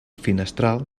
finestral